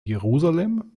jerusalem